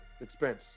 expense